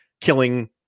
killing